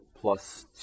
plus